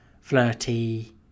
flirty